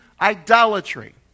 idolatry